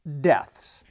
deaths